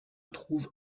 trouve